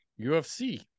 UFC